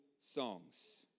songs